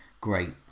great